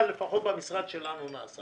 אבל לפחות מהמשרד שלנו.